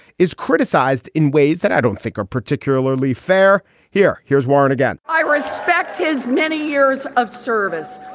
is criticized in ways that i don't think are particularly fair here. here's warren again i respect his many years of service.